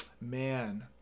Man